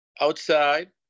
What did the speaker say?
outside